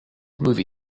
movie